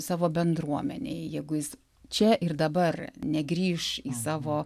savo bendruomenei jegu jis čia ir dabar negrįš į savo